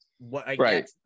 right